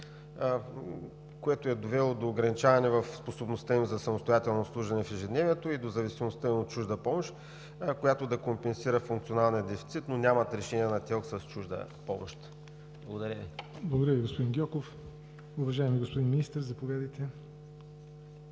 което е довело до ограничаване на способността им за самостоятелно обслужване в ежедневието и до зависимостта им от чужда помощ, която да компенсира функционалния дефицит, но нямат решение на ТЕЛК „с чужда помощ“? Благодаря Ви. ПРЕДСЕДАТЕЛ ЯВОР НОТЕВ: Благодаря Ви, господин Гьоков. Уважаеми господин Министър, заповядайте.